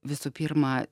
visų pirma